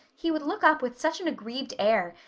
he would look up with such an aggrieved air,